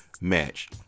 match